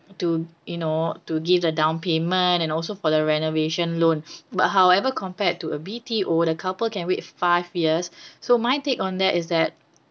to you know to give the down payment and also for the renovation loan but however compared to a B_T_O the couple can wait five years so my take on that is that